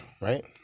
right